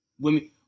Women